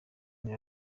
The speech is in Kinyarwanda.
one